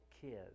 kids